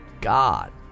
God